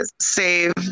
save